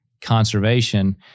conservation